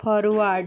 forward